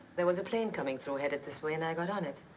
there was a plane coming through headed this way, and i got on it.